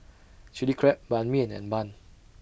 Chilli Crab Ban Mian and Bun